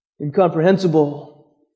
Incomprehensible